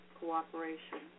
cooperation